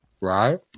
Right